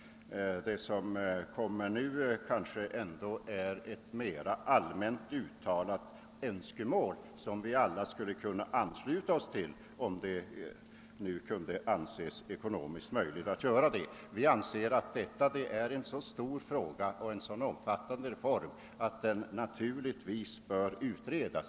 Nu gör det snarare intryck av att vara ett mera allmänt uttalat önskemål, som alla skulle kunna ansluta sig till om det var ekonomiskt möjligt att förverkliga. Vi anser att det här gäller en så omfattande reform att frågan naturligtvis bör utredas.